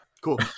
Cool